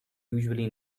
usually